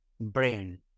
brain